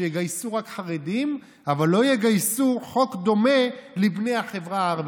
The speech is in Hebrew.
שיגייסו רק חרדים אבל לא יחוקקו חוק דומה לבני החברה הערבית.